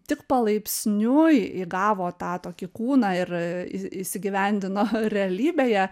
tik palaipsniui įgavo tą tokį kūną ir įsigyvendino realybėje